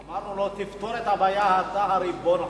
אמרנו לו: תפתור את הבעיה, אתה הריבון עכשיו.